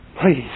Please